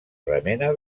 remena